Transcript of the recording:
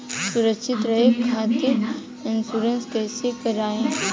सुरक्षित रहे खातीर इन्शुरन्स कईसे करायी?